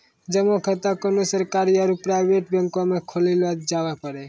जमा खाता कोन्हो सरकारी आरू प्राइवेट बैंक मे खोल्लो जावै पारै